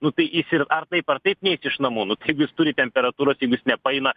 nu tai jis ir ar taip ar taip neis iš namų nu tai jeigu jis turi temperatūros jeigu jis nepaeina